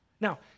Now